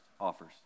offers